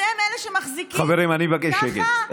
אתם אלה שמחזיקים ככה, חברים, אני מבקש שקט.